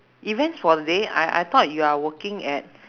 events for the day I I thought you are working at